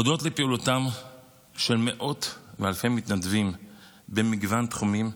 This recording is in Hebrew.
הודות לפעילותם של מאות ואלפי מתנדבים במגוון תחומים,